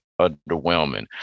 underwhelming